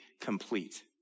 complete